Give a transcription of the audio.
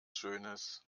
schönes